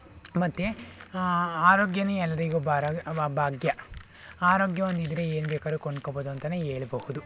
ಮತ್ತೆ ಆರೋಗ್ಯವೂ ಎಲ್ಲರಿಗೂ ಭಾರ ಭಾಗ್ಯ ಆರೋಗ್ಯ ಒಂದು ಇದ್ದರೆ ಏನು ಬೇಕಾದ್ರೂ ಕೊಂಡ್ಕೋಬೋದು ಅಂತಲೇ ಹೇಳ್ಬಹುದು